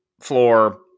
Floor